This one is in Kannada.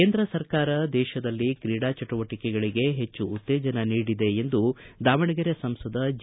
ಕೇಂದ್ರ ಸರ್ಕಾರ ದೇಶದಲ್ಲಿ ತ್ರೀಡಾ ಚಟುವಟಿಕೆಗಳಿಗೆ ಹೆಚ್ಚು ಉತ್ತೇಜನ ನೀಡಿದೆ ಎಂದು ದಾವಣಗೆರೆ ಸಂಸದ ಜಿ